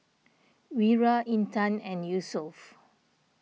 Wira Intan and Yusuf